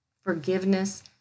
forgiveness